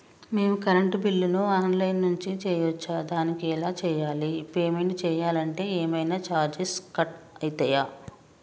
మేము కరెంటు బిల్లును online నుంచి చేయచ్చా? దానికి ఎలా చేయాలి? పేమెంట్ చేయాలంటే ఏమైనా చార్జెస్ కట్ అయితయా?